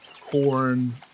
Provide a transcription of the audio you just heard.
corn